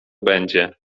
będzie